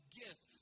gift